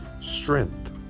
strength